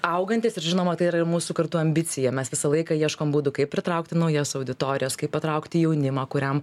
augantis ir žinoma tai yra ir mūsų kartu ambicija mes visą laiką ieškom būdų kaip pritraukti naujas auditorijas kaip patraukti jaunimą kuriam